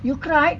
you cried